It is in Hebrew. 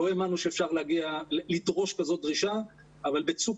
לא האמנו שאפשר לדרוש כזאת דרישה אבל בצוק